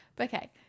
Okay